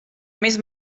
més